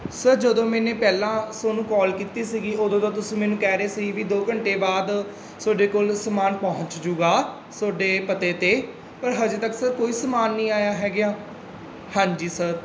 sir ਜਦੋਂ ਮੈਨੇ ਪਹਿਲਾਂ ਤੁਹਾਨੂੰ ਕਾਲ ਕੀਤੀ ਸੀਗੀ ਉਦੋਂ ਤਾਂ ਤੁਸੀਂ ਮੈਨੂੰ ਕਹਿ ਰਹੇ ਸੀ ਵੀ ਦੋ ਘੰਟੇ ਬਾਅਦ ਤੁਹਾਡੇ ਕੋਲ ਸਮਾਨ ਪਹੁੰਚ ਜੂਗਾ ਤੁਹਾਡੇ ਪਤੇ 'ਤੇ ਪਰ ਹਜੇ ਤੱਕ ਸਰ ਕੋਈ ਸਮਾਨ ਨਹੀਂ ਆਇਆ ਹੈਗਾ ਹਾਂਜੀ ਸਰ